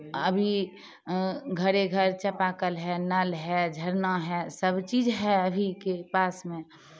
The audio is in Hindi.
अभी घरे घर चापाकल है नल है झरना है सब चीज़ है अभी के पास में